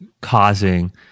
causing